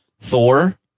Thor